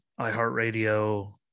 iHeartRadio